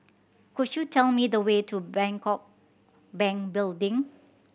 could you tell me the way to Bangkok Bank Building